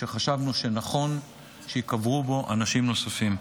שחשבנו שנכון שייקברו בו אנשים נוספים.